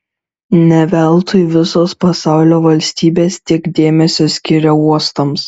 ne veltui visos pasaulio valstybės tiek dėmesio skiria uostams